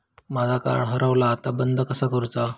माझा कार्ड हरवला आता बंद कसा करू?